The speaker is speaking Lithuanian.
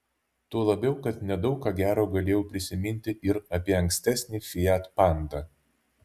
tuo labiau kad nedaug ką gero galėjau prisiminti ir apie ankstesnį fiat panda